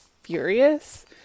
furious